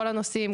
כל הנושאים,